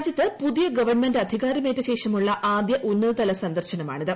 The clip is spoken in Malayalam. രാജ്യത്ത് പുതിയ ഗവൺമെന്റ് അധികാരമേറ്റ ശേഷമുള്ള ആദൃ ഉന്നതതല സന്ദർശനമാണിത്